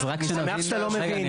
אני שמח שאתה לא מבין.